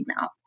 now